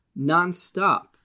nonstop